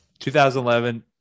2011